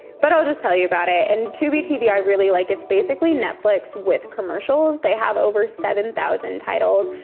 but i'll just tell you about it. and tubi tv i really like. it's basically netflix with commercials. they have over seven thousand titles,